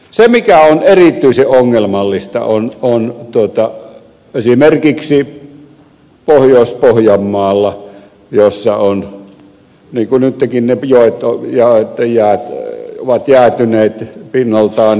se mikä on erityisen ongelmallista on esimerkiksi tilanne pohjois pohjanmaalla jossa ovat niin kuin nyttenkin ne joet jäätyneet pinnaltaan